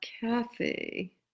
Kathy